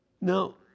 Now